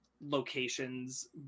locations